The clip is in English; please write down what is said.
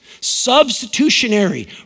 Substitutionary